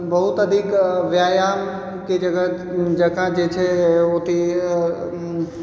बहुत अधिक व्यायामके जगह जगह जे छै अथि